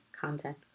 content